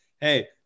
hey